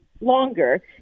longer